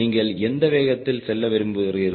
நீங்கள் எந்த வேகத்தில் செல்ல விரும்புகிறீர்கள்